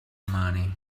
money